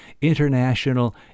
international